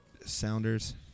Sounders